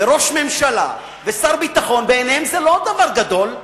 ראש הממשלה ושר הביטחון, בעיניהם זה לא דבר גדול.